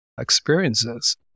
experiences